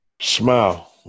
Smile